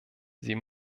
sie